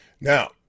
Now